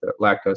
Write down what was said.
lactose